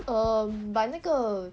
err but 那个